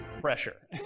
Pressure